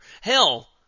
hell